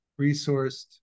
resourced